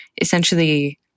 essentially